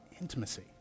Intimacy